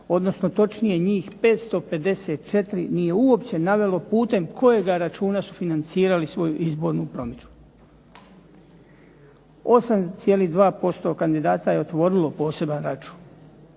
odnosno točnije njih 554 nije uopće navelo putem kojega računa su financirali svoju izbornu promidžbu. 8,2% kandidata je otvorilo poseban račun,